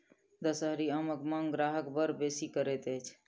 दसहरी आमक मांग ग्राहक बड़ बेसी करैत अछि